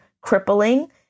crippling